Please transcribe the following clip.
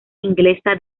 inglesa